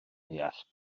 deall